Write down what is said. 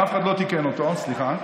אף אחד לא תיקן אותו, סליחה.